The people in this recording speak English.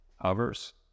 hovers